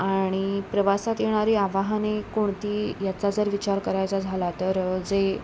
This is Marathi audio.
आणि प्रवासात येणारी आवाहने कोणती याचा जर विचार करायचा झाला तर जे